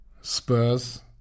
Spurs